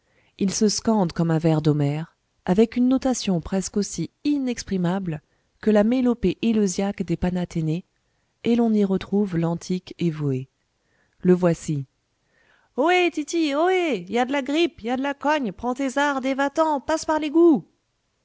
il se scande comme un vers d'homère avec une notation presque aussi inexprimable que la mélopée éleusiaque des panathénées et l'on y retrouve l'antique évohé le voici ohé titi ohéée y a de la grippe y a de la cogne prends tes zardes et va-t'en pâsse par